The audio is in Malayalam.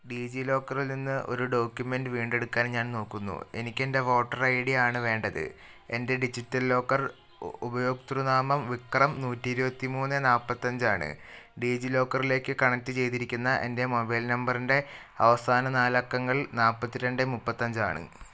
ഡീജിലോക്കറിൽ നിന്ന് ഒരു ഡോക്യൂമെൻ്റ് വീണ്ടെടുക്കാൻ ഞാൻ നോക്കുന്നു എനിക്ക് എൻ്റെ വോട്ടർ ഐ ഡി ആണ് വേണ്ടത് എൻ്റെ ഡിജിലോക്കർ ഉപഭോക്തൃനാമം വിക്രം നൂറ്റി ഇരുപത്തി മൂന്ന് നാൽപ്പത്തി അഞ്ച് ആണ് ഡീജിലോക്കറിലേക്ക് കണക്ട് ചെയ്തിരിക്കുന്ന എൻ്റെ മൊബൈൽ നമ്പറിൻ്റെ അവസാന നാല് അക്കങ്ങൾ നാൽപ്പത് രണ്ട് മുപ്പത്തി അഞ്ച് ആണ്